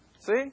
See